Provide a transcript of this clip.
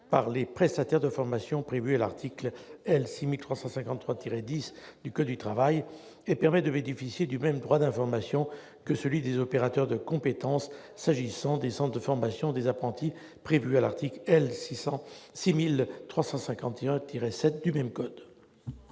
par les prestataires de formation, prévu à l'article L. 6353-10 du code du travail, et lui permettrait de bénéficier du même droit d'information que celui des opérateurs de compétences pour ce qui concerne les centres de formation des apprentis, lequel figure à l'article L. 6351-7 du même code.